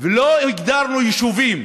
ולא הגדרנו יישובים.